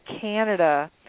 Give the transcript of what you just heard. Canada